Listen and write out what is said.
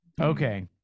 Okay